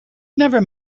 never